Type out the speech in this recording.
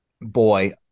boy